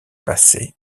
passé